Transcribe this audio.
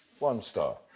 one star.